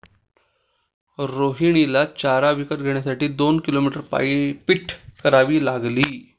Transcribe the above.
रोहिणीला चारा विकत घेण्यासाठी दोन किलोमीटर पायपीट करावी लागली